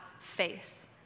faith